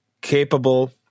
capable